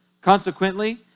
Consequently